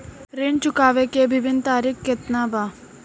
ऋण चुकावे के विभिन्न तरीका केतना बा?